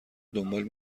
دنبال